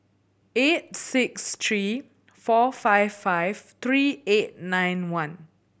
eight six three four five five three eight nine one